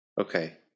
Okay